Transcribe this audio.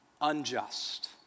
unjust